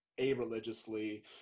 a-religiously